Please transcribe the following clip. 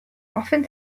often